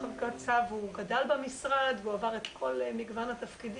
מר חביב קצב גדל במשרד והוא עבר את כל מגוון התפקידים,